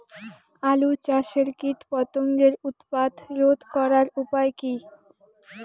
আলু চাষের কীটপতঙ্গের উৎপাত রোধ করার উপায় কী?